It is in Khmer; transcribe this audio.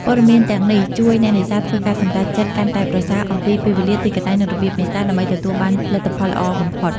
ព័ត៌មានទាំងនេះជួយអ្នកនេសាទធ្វើការសម្រេចចិត្តកាន់តែប្រសើរអំពីពេលវេលា ទីកន្លែង និងរបៀបនេសាទ ដើម្បីទទួលបានលទ្ធផលល្អបំផុត។